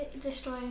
destroy